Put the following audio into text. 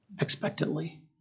expectantly